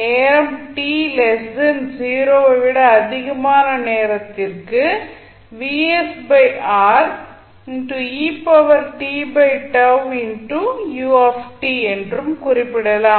நேரம் t 0 ஐ விட அதிகமான நேரத்திற்கு என்றும் குறிப்பிடலாம்